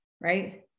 right